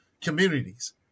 communities